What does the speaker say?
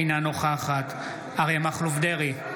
אינה נוכחת אריה מכלוף דרעי,